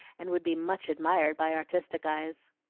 and would be much admired by artistic eyes.